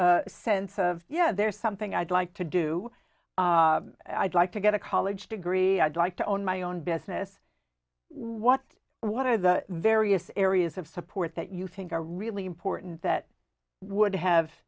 vague sense of you know there's something i'd like to do i'd like to get a college degree i'd like to own my own business what what are the various areas of support that you think are really important that would have